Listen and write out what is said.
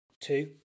two